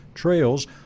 trails